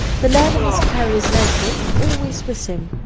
the learner must carry his note-book always with him,